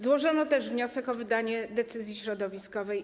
Złożono też wniosek o wydanie decyzji środowiskowej.